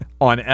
on